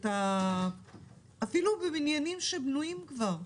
אפילו בבניינים שבנויים כבר,